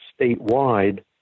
statewide